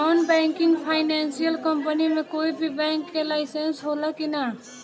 Non banking financial company मे कोई भी बैंक के लाइसेन्स हो ला कि ना?